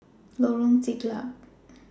Lorong Siglap